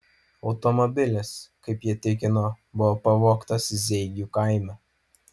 automobilis kaip jie tikino buvo pavogtas zeigių kaime